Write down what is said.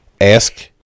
Ask